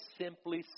simply